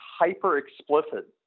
hyper-explicit